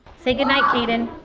say goodnight kaden.